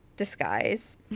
disguise